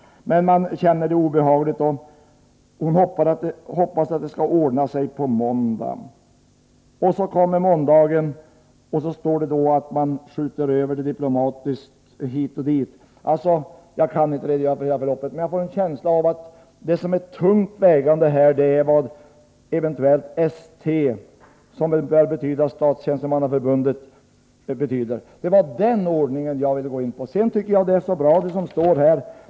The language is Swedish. Men det känns obehagligt, och hon hoppas att det skall ordna sig på måndag. Så kommer måndagen, och man skjuter diplomatiskt över avgörandet hit eller dit. Jag kan inte redogöra för hela förloppet, men jag får en känsla av att det som är tungt vägande är vad ST anser — ST bör väl betyda Statstjänstemannaförbundet. Det var den ordningen jag ville gå in på. Jag tycker det är så bra, det som står i svaret.